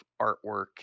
artwork